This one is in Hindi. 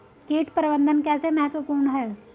कीट प्रबंधन कैसे महत्वपूर्ण है?